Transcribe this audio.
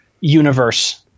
universe